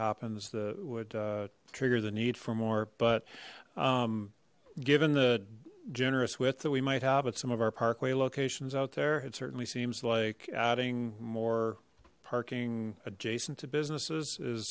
happens that would uh trigger the need for more but um given the generous width that we might have at some of our parkway locations out there it certainly seems like adding more parking adjacent to businesses is